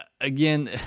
again